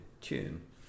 tune